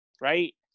right